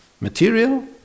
Material